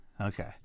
Okay